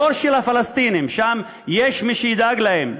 לא של הפלסטינים, שם יש מי שידאג להם,